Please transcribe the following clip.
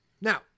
Now